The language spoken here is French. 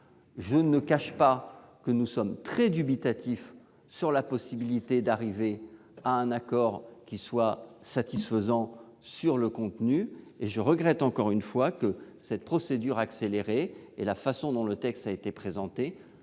Je ne cache pas que nous sommes très dubitatifs sur la possibilité d'arriver à un accord qui soit satisfaisant sur le contenu. Je regrette encore une fois que cette procédure accélérée et la façon dont le texte a été présenté